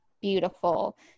beautiful